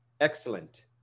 excellent